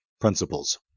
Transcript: principles